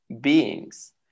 beings